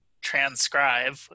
transcribe